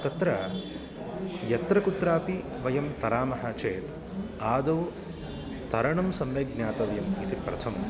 तत्र यत्र कुत्रापि वयं तरामः चेत् आदौ तरणं सम्यक् ज्ञातव्यम् इति प्रथमं